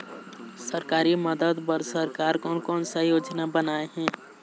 सरकारी मदद बर सरकार कोन कौन सा योजना बनाए हे?